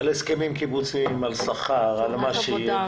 על הסכמים קיבוציים, על שכר, על מה שיהיה.